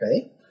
Okay